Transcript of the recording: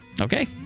Okay